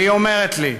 והיא אומרת לי: